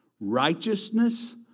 righteousness